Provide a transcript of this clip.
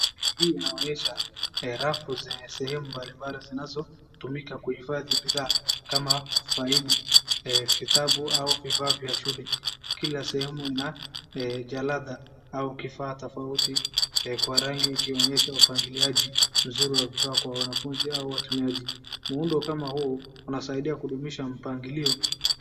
Hii inaonyesha rafu za sehemu mbalimbali zinazotumika kuhifadhi bidhaa kama faili, vitabu au vifaa vya shule. Kila sehemu ina jalada au kifaa tofauti kwa rangi ikionyesha upangiliaji mzuri wa vifaa kwa wanafunzi au watumiaji. Muundo kama huu unasaidia kudumisha mpangilio.